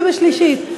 תצביעי בשלישית.